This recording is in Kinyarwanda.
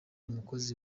umukozi